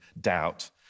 doubt